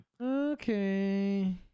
Okay